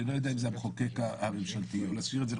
אני לא יודע אם זה המחוקק הממשלתי אבל נשאיר את זה.